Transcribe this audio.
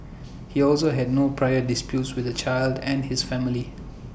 he also had no prior disputes with the child and his family